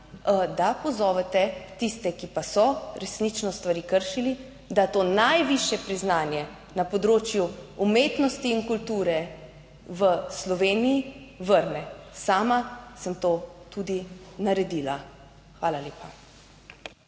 da pozovete tiste, ki pa so resnično stvari kršili, da to najvišje priznanje na področju umetnosti in kulture v Sloveniji vrne. Sama sem to tudi **63. TRAK: (TB)